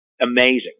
amazing